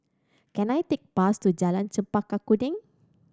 can I take bus to Jalan Chempaka Kuning